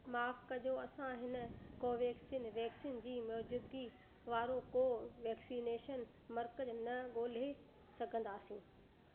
माफ़ कजो असां हिन कोवेक्सीन वैक्सीन जी मौज़ूदगी वारो को वैक्सिनेशन मर्कज़ न ॻोल्हे सघंदासीं